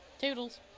Toodles